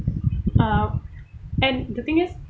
uh and the thing is